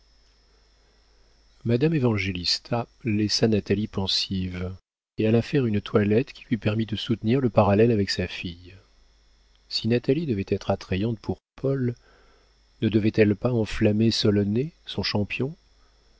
bien madame évangélista laissa natalie pensive et alla faire une toilette qui lui permît de soutenir le parallèle avec sa fille si natalie devait être attrayante pour paul ne devait-elle pas enflammer solonet son champion